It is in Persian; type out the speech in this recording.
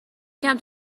کردم